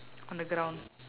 on the ground